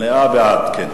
מליאה בעד, כן.